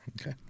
Okay